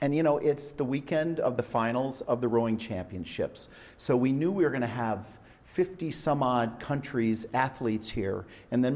and you know it's the weekend of the finals of the rowing championships so we knew we were going to have fifty some odd countries athletes here and then